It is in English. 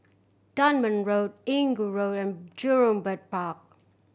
Dunman Road Inggu Road and Jurong Bird Park